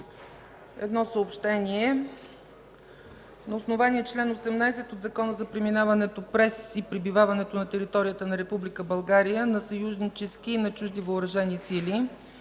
Едно съобщение. На основание чл. 18 от Закона за преминаването през и пребиваването на територията на Република България на съюзнически и на чужди въоръжени сили,